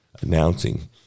announcing